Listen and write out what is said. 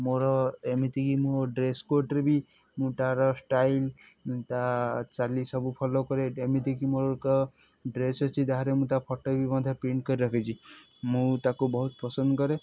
ମୋର ଏମିତିକି ମୋ ଡ୍ରେସ୍ କୋଡ଼୍ରେେ ବି ମୁଁ ତା'ର ଷ୍ଟାଇଲ୍ ତା ଚାଲି ସବୁ ଫଲୋ କରେ ଏମିତିକି ମୋର ଏକ ଡ୍ରେସ୍ ଅଛି ଯାହାରେ ମୁଁ ତା ଫଟୋ ବି ମଧ୍ୟ ପ୍ରିଣ୍ଟ କରି ରଖିଛି ମୁଁ ତାକୁ ବହୁତ ପସନ୍ଦ କରେ